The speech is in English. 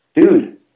dude